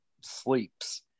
sleeps